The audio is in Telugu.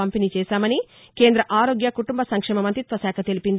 కోలుకున్నారని కేంద్ర ఆరోగ్య కుటుంబ సంక్షేమ మంత్రిత్వ శాఖ తెలిపింది